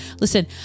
Listen